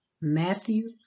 Matthew